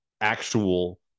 actual